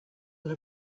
will